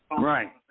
Right